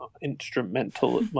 Instrumental